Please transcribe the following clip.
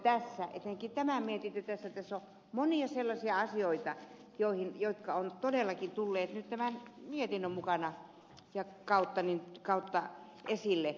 tässä on monia sellaisia asioita jotka ovat todellakin tulleet nyt tämän mietinnön mukana ja kautta esille